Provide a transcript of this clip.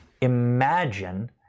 Imagine